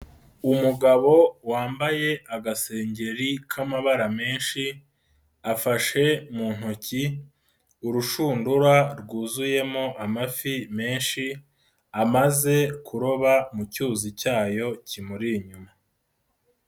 Umugabo wambaye agasengeri k'amabara menshi, afashe mu ntoki urushundura rwuzuyemo amafi menshi, amaze kuroba mu cyuzi cyayo kimuri inyuma.